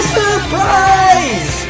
surprise